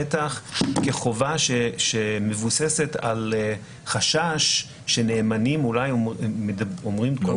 בטח כחובה שמבוססת על חשש שנאמנים אולי אומרים דברים